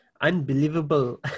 unbelievable